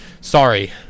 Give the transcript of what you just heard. sorry